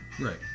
Right